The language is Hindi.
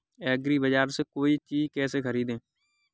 एग्रीबाजार से कोई चीज केसे खरीदें?